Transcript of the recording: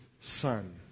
Son